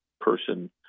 person